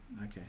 okay